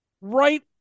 right